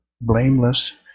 blameless